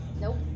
Nope